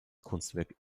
kunstwerk